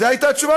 זו הייתה התשובה,